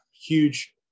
huge